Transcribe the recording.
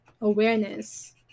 awareness